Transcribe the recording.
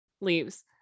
Leaves